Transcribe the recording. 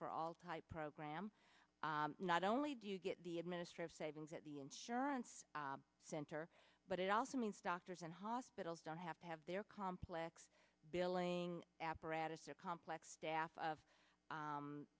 for all type program not only do you get the administrative savings at the insurance center but it also means doctors and hospitals don't have to have their complex billing apparatus or complex staff of